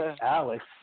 Alex